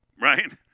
right